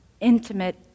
intimate